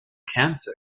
cancer